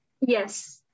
Yes